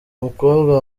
mukobwa